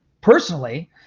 personally